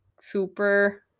super